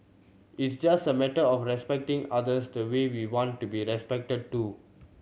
it's just a matter of respecting others the way we want to be respected too